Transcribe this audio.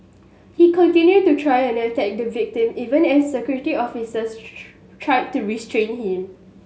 he continued to try and attack the victim even as Security Officers tried to restrain him